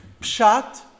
Pshat